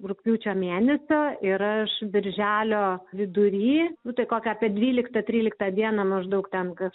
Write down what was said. rugpjūčio mėnesio ir aš birželio vidury nu tai kokia apie dvyliktą tryliktą dieną maždaug ten kas